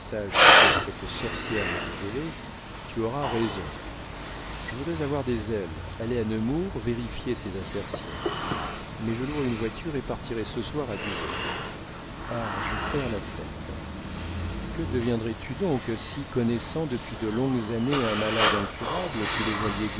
ce que cette sorcière m'a révélé tu auras raison je voudrais avoir des ailes aller à nemours vérifier ses assertions mais je louerai une voiture et partirai ce soir à dix heures ah je perds la tête que deviendrais tu donc si connaissant depuis longues années un malade incurable tu le voyais